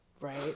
Right